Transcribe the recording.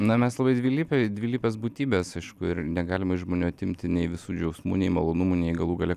na mes labai dvilypiai dvilypės būtybės aišku ir negalima iš žmonių atimti nei visų džiaugsmų nei malonumų nei galų gale